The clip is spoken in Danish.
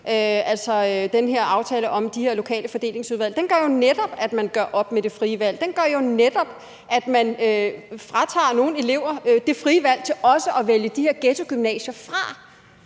altså den her aftale om de her lokale fordelingsudvalg, gør jo netop, at man gør op med det fire valg: Den gør jo netop, at man fratager nogle af de her elever det frie valg til også at vælge de her ghettogymnasier fra.